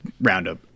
roundup